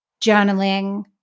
journaling